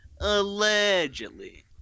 allegedly